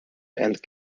and